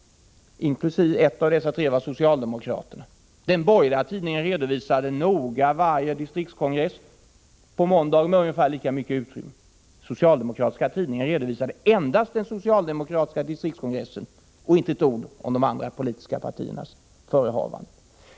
Ett av dessa tre partier var det socialdemokratiska. Den borgerliga tidningen redovisade på måndagen noga varje distriktskongress på ungefär lika stort utrymme. Den socialdemokratiska tidningen redovisade endast den socialdemokratiska distriktskongressen och skrev inte ett ord om de andra politiska partiernas förehavanden.